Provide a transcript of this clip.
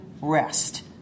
rest